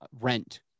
rent